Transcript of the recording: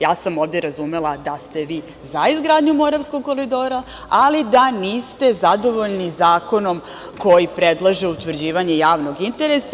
Ja sam ovde razumela da ste vi za izgradnju Moravskog koridora, ali da niste zadovoljni zakonom koji predlaže utvrđivanje javnog interesa.